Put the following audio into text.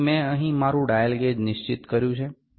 તેથી મેં અહીં મારું ડાયલ ગેજ નિશ્ચિત કર્યું છે